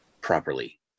properly